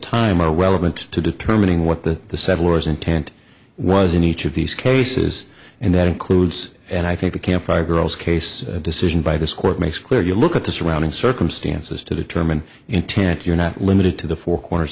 time are well meant to determining what the the settlers intent was in each of these cases and that includes and i think the camp fire girls case decision by this court makes clear you look at the surrounding circumstances to determine intent you're not limited to the four corners